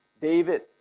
David